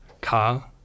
car